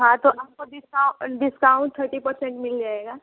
हाँ तो आप को डिस्काउंट डिस्काउंट थर्टी परसेंट मिल जाएगा